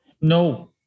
No